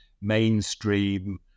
mainstream